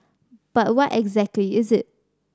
but what exactly is it